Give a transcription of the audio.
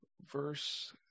verse